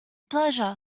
pleasure